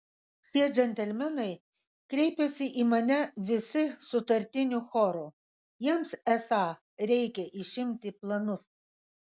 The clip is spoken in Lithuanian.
šie džentelmenai kreipėsi į mane visi sutartiniu choru jiems esą reikia išimti planus